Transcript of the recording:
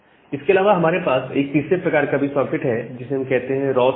इसके अलावा हमारे पास एक तीसरे प्रकार का भी सॉकेट है जिसे हम कहते हैं रॉ सॉकेट